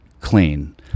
clean